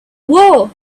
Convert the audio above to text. war